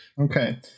okay